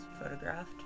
photographed